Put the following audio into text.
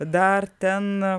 dar ten